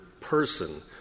person